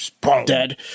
dead